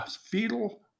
fetal